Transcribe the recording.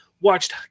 watched